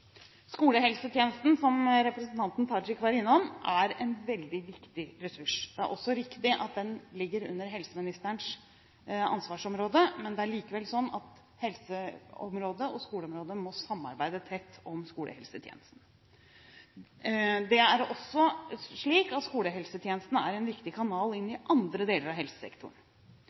Skolehelsetjenesten, som representanten Tajik var innom, er en veldig viktig ressurs. Det er også riktig at den ligger under helseministerens ansvarsområde, men det er likevel sånn at helseområdet og skoleområdet må samarbeide tett om skolehelsetjenesten. Det er også slik at skolehelsetjenesten er en viktig kanal inn til andre deler av helsesektoren.